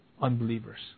unbelievers